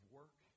work